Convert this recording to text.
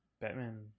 Batman